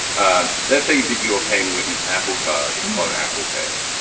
um let's say that you are paying with an apple card on apple pay.